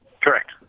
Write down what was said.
Correct